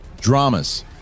dramas